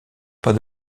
pas